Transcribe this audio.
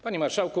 Panie Marszałku!